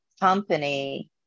company